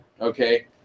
okay